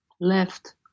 left